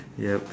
yup